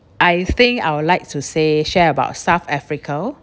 I think I would like to say share about south africa